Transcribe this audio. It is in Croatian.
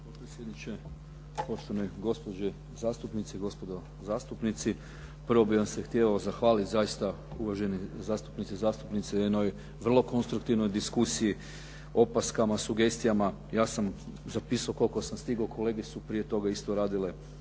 potpredsjedniče, poštovane gospođe zastupnici i gospodo zastupnici. Prvo bih vam se htio zahvaliti zaista uvaženi zastupnici i zastupnice na jednoj vrlo konstruktivnoj diskusiji, opaskama, sugestijama. Ja sam zapisao koliko sam stigao. Kolege su prije toga isto radile,